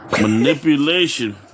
Manipulation